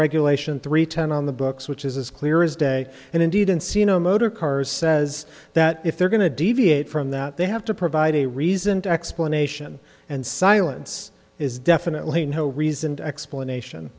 regulation to return on the books which is as clear as day and indeed and see no motorcars says that if they're going to deviate from that they have to provide a reasoned explanation and silence is definitely no reasoned explanation